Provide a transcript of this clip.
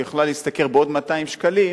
כי היא יכולה להשתכר עוד 200 שקלים,